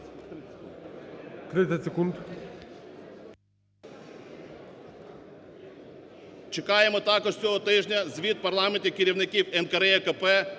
30 секунд.